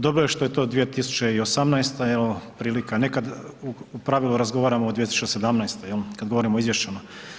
Dobro je što je to 2018. evo prilika nekad u pravilu razgovaramo o 2017. jel, kad govorimo o izvješćima.